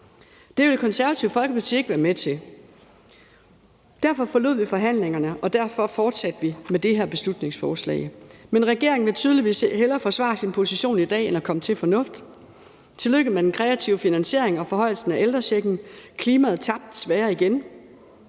Det vil Det Konservative Folkeparti ikke være med til. Derfor forlod vi forhandlingerne, og derfor fortsatte vi med det her beslutningsforslag. Men regeringen vil tydeligvis hellere forsvare sin position i dag end at komme til fornuft. Tillykke med den kreative finansiering og forhøjelsen af ældrechecken. Klimaet tabte desværre igen.